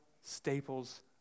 Staples